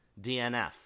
DNF